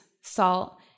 salt